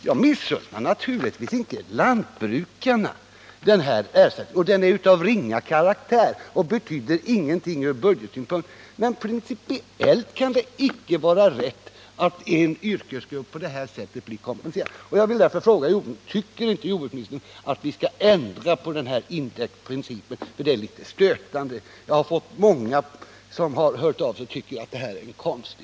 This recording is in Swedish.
Naturligtvis missunnar jag inte lantbrukarna den här ersättningen — den är ringa och betyder ingenting ur budgetsynpunkt — men principiellt kan det inte vara rätt att er yrkesgrupp på det här sättet blir kompenserad. Jag vill därför fråga: Tycker inte jordbruksministern att vi skall ändra på den här indexprincipen? Den är litet stötande, och många har låtit höra av sig och sagt att den är konstig.